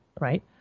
right